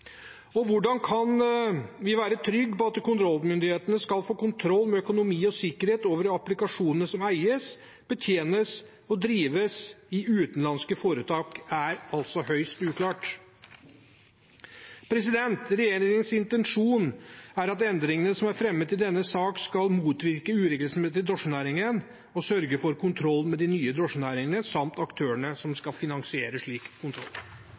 Hvordan vi kan være trygge på at kontrollmyndighetene skal få kontroll på økonomi og sikkerhet når det gjelder applikasjonene som eies, betjenes og drives av utenlandske foretak, er høyst uklart. Regjeringens intensjon er at endringene som er fremmet i denne sak, skal motvirke uregelmessigheter i drosjenæringen og sørge for kontroll med de nye drosjenæringene samt aktørene som skal finansiere slik kontroll.